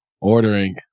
Ordering